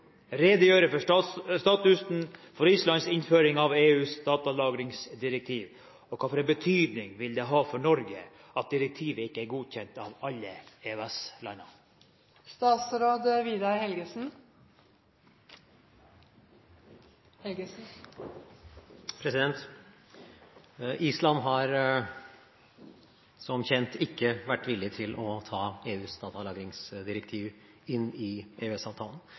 redegjøre for status for Islands innføring av EUs datalagringsdirektiv, og hvilken betydning det vil ha for Norge at direktivet ikke er godkjent av alle EØS-landene?» Island har som kjent ikke vært villig til å ta EUs datalagringsdirektiv inn i